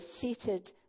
seated